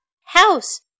house